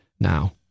Now